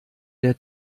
der